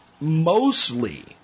Mostly